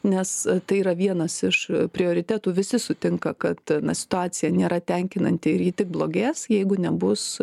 nes tai yra vienas iš prioritetų visi sutinka kad situacija nėra tenkinanti ir ji tik blogės jeigu nebus